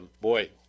Boy